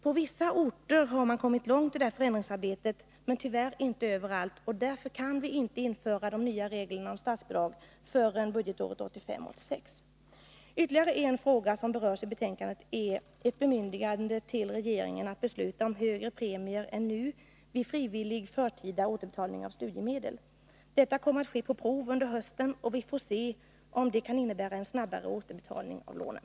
På vissa orter har man kommit långt i förändringsarbetet, men tyvärr inte överallt. Därför kan vi inte införa de nya reglerna om statsbidrag förrän budgetåret 1985/86. Ytterligare en intressant fråga som berörs i betänkandet är ett bemyndigande till regeringen att besluta om högre premier än nu vid frivillig förtida återbetalning av studiemedel. Systemet med högre premier kommer att tillämpas på prov under hösten, och vi får se om det kan innebära en snabbare återbetalning av lånen.